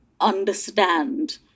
understand